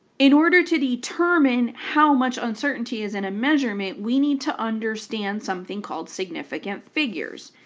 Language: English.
in order to determine how much uncertainty is in a measurement, we need to understand something called significant figures.